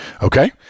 Okay